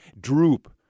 droop